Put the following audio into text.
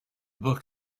book